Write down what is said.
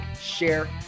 share